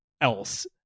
else